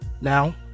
Now